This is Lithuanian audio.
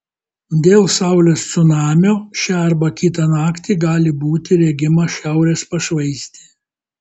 dėl saulės cunamio šią arba kitą naktį gali būti regima šiaurės pašvaistė